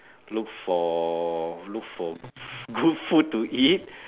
look for look for good food to eat